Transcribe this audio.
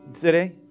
today